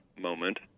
moment